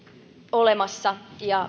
olemassa ja